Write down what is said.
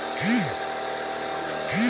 भुगतान का वारंट बातचीत के योग्य हो भी सकता है